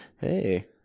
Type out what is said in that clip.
hey